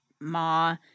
Ma